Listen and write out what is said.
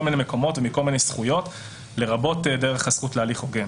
מיני מקומות ומכל מיני זכויות לרבות דרך הזכות להליך הוגן.